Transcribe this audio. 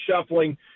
shuffling